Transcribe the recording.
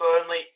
Burnley